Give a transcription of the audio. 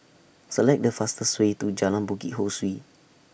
Select The fastest Way to Jalan Bukit Ho Swee